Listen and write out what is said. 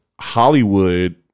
Hollywood